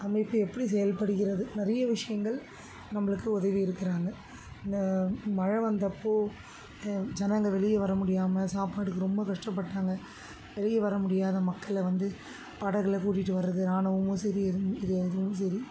அமைப்பு எப்படி செயல்படுகிறது நிறைய விஷயங்கள் நம்பளுக்கு உதவி இருக்கிறாங்க இந்த மழை வந்தப்போ ஜனங்க வெளியே வர முடியாமல் சாப்பாடுக்கு ரொம்ப கஷ்டப்பட்டாங்க வெளியே வர முடியாத மக்களை வந்த படகில் கூட்டிகிட்டு வர்றது ராணுவமும் சரி இது எதுவும் சரி